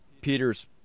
Peter's